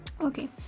Okay